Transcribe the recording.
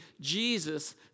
Jesus